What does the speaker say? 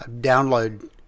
download